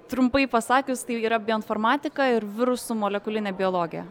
trumpai pasakius tai yra bioinformatika ir virusų molekulinė biologija